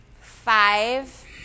Five